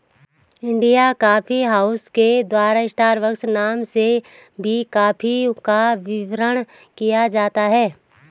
India coffee house के द्वारा Starbucks नाम से भी कॉफी का वितरण किया जाता है